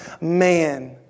man